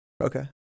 Okay